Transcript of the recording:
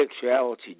sexuality